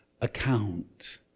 account